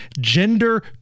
gender